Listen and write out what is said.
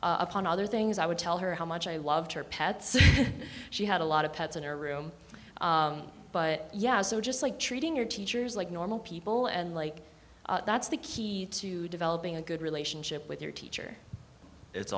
and upon other things i would tell her how much i loved her pets she had a lot of pets in her room but yeah so just like treating your teachers like normal people and like that's the key to developing a good relationship with your teacher it's